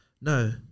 no